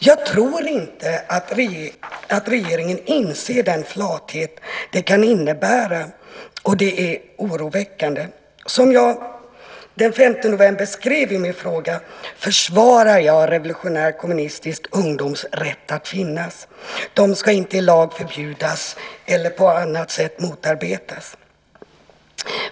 Jag tror inte att regeringen inser den flathet det kan innebära, och det är oroväckande. Som jag skrev i min fråga den 5 november försvarar jag Revolutionär Kommunistisk Ungdoms rätt att finnas. De ska inte i lag förbjudas eller på annat sätt motarbetas.